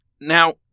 Now